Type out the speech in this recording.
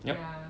ya